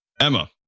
Emma